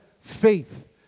Faith